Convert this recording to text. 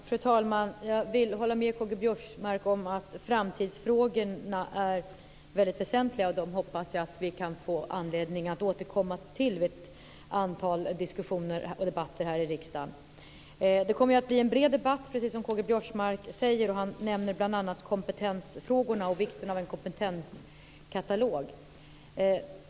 Fru talman! Jag håller med K-G Biörsmark om att framtidsfrågorna är väsentliga. Jag hoppas att vi kan få anledning att återkomma till dem i ett antal diskussioner och debatter här i riksdagen. Det kommer att bli en bred debatt, precis som K-G Biörsmark säger. Han nämner bl.a. kompetensfrågorna och vikten av en kompetenskatalog.